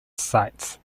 sites